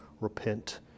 repent